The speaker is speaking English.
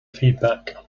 feedback